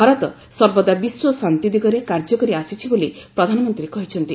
ଭାରତ ସର୍ବଦା ବିଶ୍ୱଶାନ୍ତି ଦିଗରେ କାର୍ଯ୍ୟ କରି ଆସିଛି ବୋଲି ପ୍ରଧାନମନ୍ତ୍ରୀ କହିଛନ୍ତି